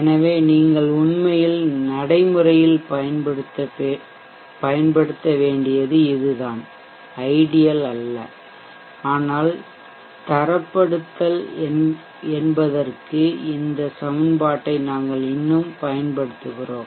எனவே நீங்கள் உண்மையில் நடைமுறையில் பயன்படுத்த வேண்டியது இதுதான் ஐடியல் அல்ல ஆனால் தரப்படுத்தல் என்பதற்கு இந்த சமன்பாட்டை நாங்கள் இன்னும் பயன்படுத்துகிறோம்